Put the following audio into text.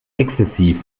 exzessiv